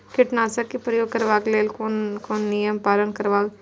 कीटनाशक क प्रयोग करबाक लेल कोन कोन नियम के पालन करबाक चाही?